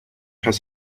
has